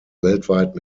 weltweit